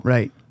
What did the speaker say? Right